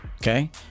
okay